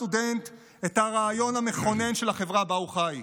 הסטודנט את הרעיון המכונן של החברה שבה הוא חי.